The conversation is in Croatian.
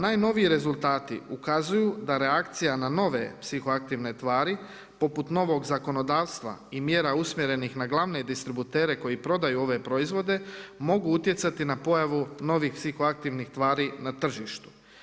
Najnoviji rezultati ukazuju da reakcija na nove psihoaktivne tvari poput novog zakonodavstva i mjera usmjerenih na glavne distributere koji prodaju ove proizvode mogu utjecati na pojavu novih psihoaktivnih tvari na tržištu.